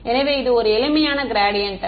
எனவே இது ஒரு எளிமையான க்ராடியன்ட்